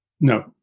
no